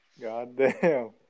Goddamn